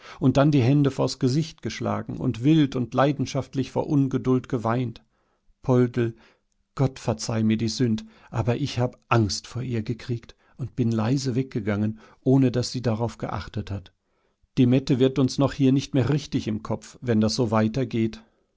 und dann die hände vors gesicht geschlagen und wild und leidenschaftlich vor ungeduld geweint poldl gott verzeih mir die sünd aber ich hab angst vor ihr gekriegt und bin leise weggegangen ohne daß sie darauf geachtet hat die mette wird uns noch hier nicht mehr richtig im kopf wenn das so